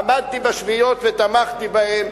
עמדתי בשביעיות ותמכתי בהם.